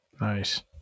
Nice